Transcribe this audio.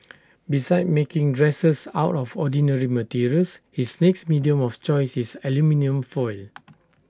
besides making dresses out of ordinary materials his next medium of choice is aluminium foil